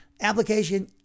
Application